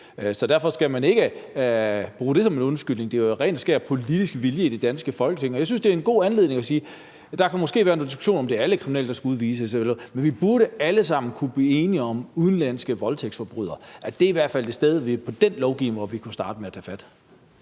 Så derfor skal man ikke bruge det som en undskyldning. Det er jo ren og skær politisk vilje i det danske Folketing. Og jeg synes, det er en god anledning til at sige: Der kan måske være noget diskussion om, om det er alle kriminelle, der skal udvises, men vi burde alle sammen kunne blive enige om udenlandske voldtægtsforbrydere. Der er i hvert fald et sted i den lovgivning, hvor vi kunne starte med at tage fat.